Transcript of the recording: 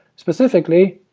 specifically,